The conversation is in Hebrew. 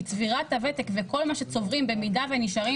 כי צבירת הוותק וכל מה שצוברים במידה שנשארים